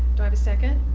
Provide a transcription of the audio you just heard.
do i have a second?